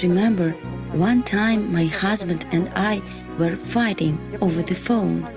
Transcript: remember one time my husband and i were fighting over the phone.